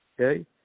Okay